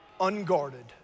unguarded